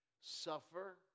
suffer